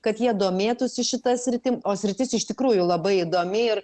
kad jie domėtųsi šita sritim o sritis iš tikrųjų labai įdomi ir